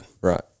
right